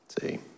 see